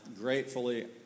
gratefully